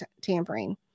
tampering